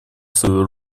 свою